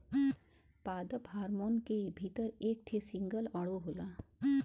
पादप हार्मोन के भीतर एक ठे सिंगल अणु होला